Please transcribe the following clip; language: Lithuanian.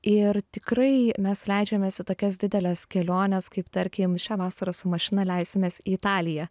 ir tikrai mes leidžiamės į tokias dideles keliones kaip tarkim šią vasarą su mašina leisimės į italiją